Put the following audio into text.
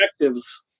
objectives